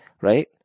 right